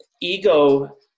ego